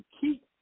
keep